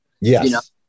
Yes